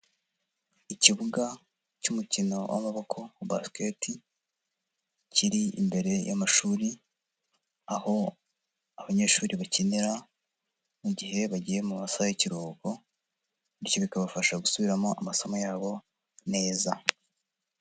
Ikibuga cy'umukino w'amaboko wa Basket, kiri imbere y'amashuri, aho abanyeshuri bakinira, mu gihe bagiye mu masaha y'ikiruhuko, bityo bikabafasha gusubiramo amasomo yabo neza.